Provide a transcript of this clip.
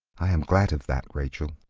i am glad of that, rachel.